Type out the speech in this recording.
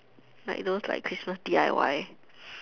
like those like Christmas D_I_Y